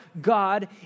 God